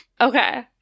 Okay